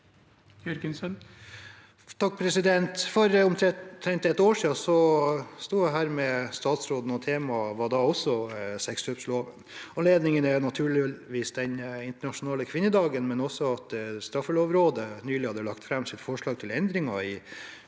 og temaet var da også sexkjøpsloven. Anledningen var naturligvis Den internasjonale kvinnedagen, men også at straffelovrådet nylig hadde lagt fram sitt forslag til endringer i